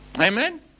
Amen